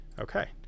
Okay